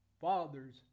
fathers